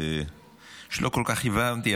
שלא כל כך הבנתי,